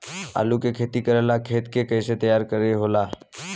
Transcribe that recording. आलू के खेती करेला खेत के कैसे तैयारी होला?